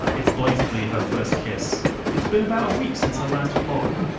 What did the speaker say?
ah it's blatantly her first kiss. it's been about a week since i last blogged.